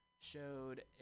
showed